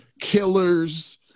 killers